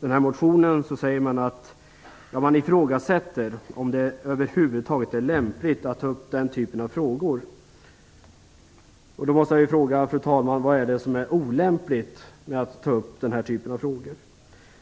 motionen ifrågasätter man om det över huvud taget är lämpligt att ta upp den här typen av frågor. Fru talman! Då måste jag fråga: Vad är det som är olämpligt med att ta upp den här typen av frågor?